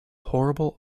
horrible